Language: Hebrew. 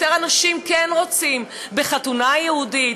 יותר אנשים כן רוצים בחתונה יהודית